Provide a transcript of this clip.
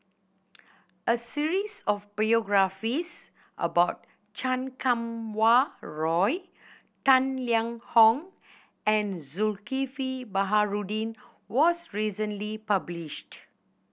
a series of biographies about Chan Kum Wah Roy Tang Liang Hong and Zulkifli Baharudin was recently published